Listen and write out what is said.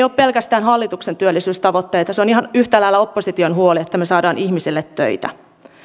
ole pelkästään hallituksen työllisyystavoitteita se on ihan yhtä lailla opposition huoli että me saamme ihmisille töitä